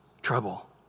trouble